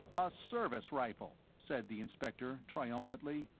a service rifle, said the inspector, triumphantly,